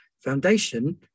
Foundation